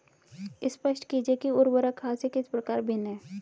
स्पष्ट कीजिए कि उर्वरक खाद से किस प्रकार भिन्न है?